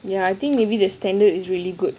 ya I think maybe the standard is really good